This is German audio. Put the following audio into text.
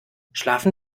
schlafen